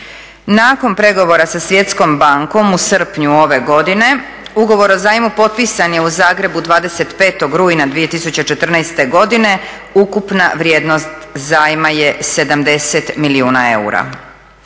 Nakon pregovora sa svjetskom bankom u srpnju ove godine ugovor o zajmu potpisan je u Zagrebu 25.rujna 2014.godine, ukupna vrijednost zajma je 70 milijuna eura.